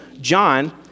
John